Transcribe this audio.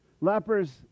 Lepers